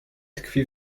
tkwi